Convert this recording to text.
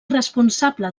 responsable